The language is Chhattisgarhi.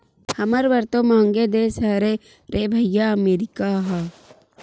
हमर बर तो मंहगे देश हरे रे भइया अमरीका ह